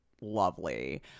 lovely